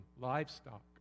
livestock